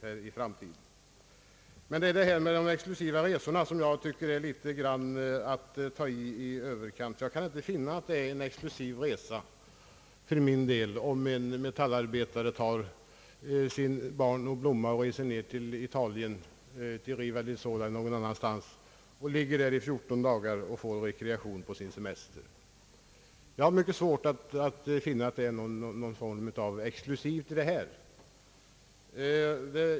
När herr Gustafsson talar om de exklusiva resorna tycker jag att det är att ta till litet grand i överkant. Jag kan inte finna att det är en exklusiv resa om en metallarbetare tar barn och blomma med sig och reser till Italien — till Riva del Sole eller någon annanstans och ligger där i fjorton dagar och får rekreation under sin semester, Jag har mycket svårt att finna att det är något exklusivt i detta.